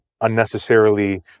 unnecessarily